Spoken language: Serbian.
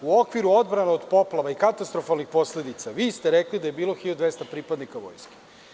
U okviru odbrane od poplava i katastrofalnih posledica, vi ste rekli da je bilo 1.200 pripadnika Vojske.